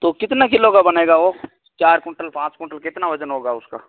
तो कितना किलो का बनेगा वह चार क्विंटल पाँच क्विंटल कितना वज़न होगा उसका